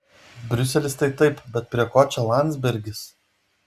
briuselis tai taip bet prie ko čia landsbergis